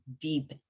deep